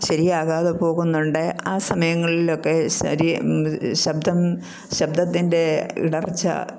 ശരിയാകാതെ പോകുന്നുണ്ട് ആ സമയങ്ങളിലൊക്കെ ശരീ ശബ്ദം ശബ്ദത്തിൻ്റെ ഇടർച്ച